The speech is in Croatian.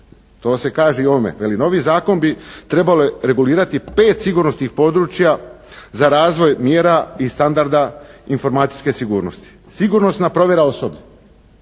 To se kaže i u ovome. Kaže novi zakon bi trebao regulirati 5 sigurnosnih područja za razvoj mjera i standarda informacijske sigurnosti, sigurnosna provjera osobe,